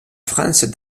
france